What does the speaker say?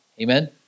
Amen